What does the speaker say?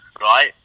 right